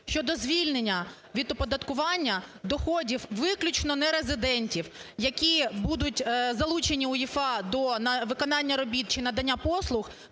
щодо звільнення від оподаткування доходів виключно нерезидентів, які будуть залучені УЄФА до виконання робіт чи надання послуг